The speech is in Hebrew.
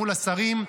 מול השרים.